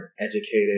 educated